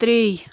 تریٚیہِ